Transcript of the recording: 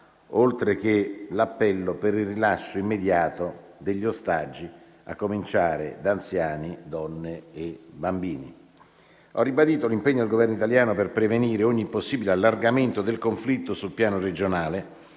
oltre che l'appello per il rilascio immediato degli ostaggi, a cominciare da anziani, donne e bambini. Ho ribadito l'impegno del Governo italiano per prevenire ogni possibile allargamento del conflitto sul piano regionale,